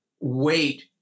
wait